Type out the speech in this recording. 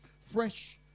Fresh